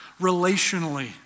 relationally